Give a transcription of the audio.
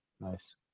nice